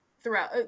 throughout